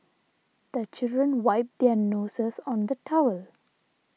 the children wipe their noses on the towel